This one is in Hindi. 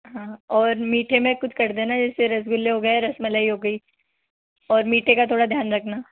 हाँ और मीठे में कुछ कर देना जैसे रसगुल्ले हो गए रसमलाई हो गई और मीठे का थोड़ा ध्यान रखना